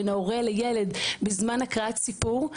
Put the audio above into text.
בין הורה לילד בזמן הקראת סיפור.